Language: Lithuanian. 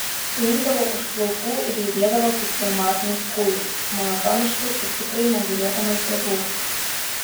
suimdavo už plaukų ir judėdavo kaip pneumatinis kūjis monotoniškai ir tikrai negailėdamas jėgų